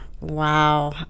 wow